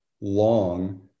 long